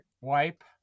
Wipe